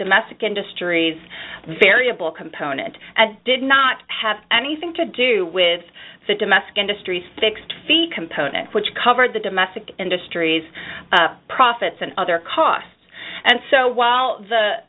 domestic industries the variable component and did not have anything to do with the domestic industries fixed fee components which covered the domestic industries profits and other costs and so while the